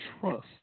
trust